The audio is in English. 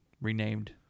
renamed